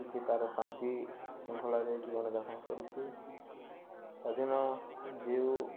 ଟିକେ ତା'ର ଶାନ୍ତି ଶୃଙ୍ଖଳାରେ ଜୀବନ ଯାପନ କରୁଛି ସ୍ୱାଧୀନ ଯେଉଁ